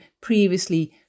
previously